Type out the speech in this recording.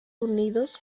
unidos